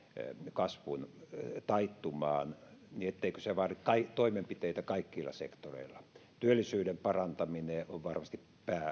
kasvun taittumaan vaadi toimenpiteitä kaikilla sektoreilla työllisyyden parantaminen on varmasti